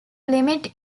limit